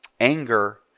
Anger